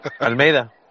Almeida